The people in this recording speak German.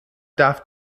darf